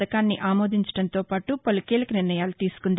పథకాన్ని ఆమోదించడంతో పాటు పలు కీలక నిర్ణయాలు తీసుకుంది